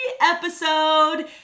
episode